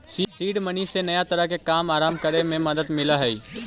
seed money से नया तरह के काम आरंभ करे में मदद मिलऽ हई